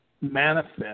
manifest